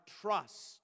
trust